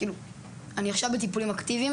אני עכשיו ב"אחזקה".